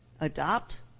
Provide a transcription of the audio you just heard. adopt